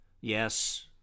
Yes